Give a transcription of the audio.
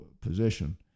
position